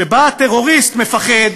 מציאות שבה הטרוריסט מפחד,